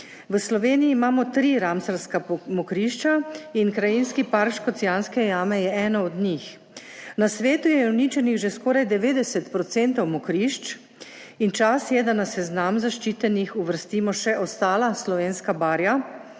V Sloveniji imamo tri ramsarska mokrišča in krajinski park Škocjanske jame je eno od njih. Na svetu je uničenih že skoraj 90 % mokrišč in čas je, da na seznam zaščitenih uvrstimo še ostala slovenska barja